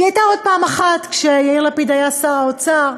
כי הייתה עוד פעם אחת, כשיאיר לפיד היה שר האוצר,